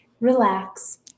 relax